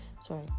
Sorry